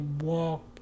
walk